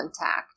intact